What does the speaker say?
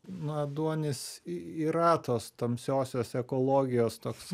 na duonis yra tos tamsiosios ekologijos toksai